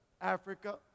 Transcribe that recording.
Africa